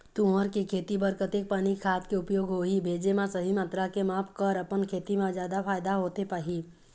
तुंहर के खेती बर कतेक पानी खाद के उपयोग होही भेजे मा सही मात्रा के माप कर अपन खेती मा जादा फायदा होथे पाही?